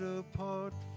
apart